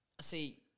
See